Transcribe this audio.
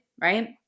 right